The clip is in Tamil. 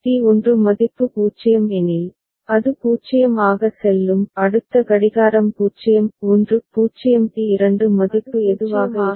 டி 1 மதிப்பு 0 எனில் அது 0 ஆக செல்லும் அடுத்த கடிகாரம் 0 1 0 டி 2 மதிப்பு எதுவாக இருந்தாலும் சரி